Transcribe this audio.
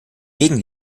gegen